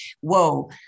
whoa